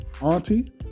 auntie